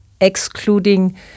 excluding